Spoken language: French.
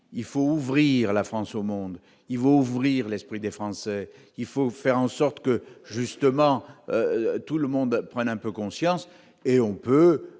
il faut ouvrir la France au monde, il vaut ouvrir l'esprit des Français, il faut faire en sorte que, justement, tout le monde prennent un peu conscience et on peut